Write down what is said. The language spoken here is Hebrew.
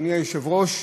אדוני היושב-ראש,